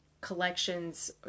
collections